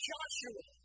Joshua